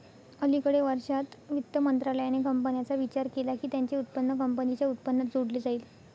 अलिकडे वर्षांत, वित्त मंत्रालयाने कंपन्यांचा विचार केला की त्यांचे उत्पन्न कंपनीच्या उत्पन्नात जोडले जाईल